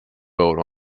boat